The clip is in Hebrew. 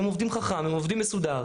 הם עובדים חכם, הם עובדים מסודר.